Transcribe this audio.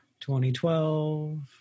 2012